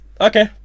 okay